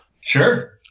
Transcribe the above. Sure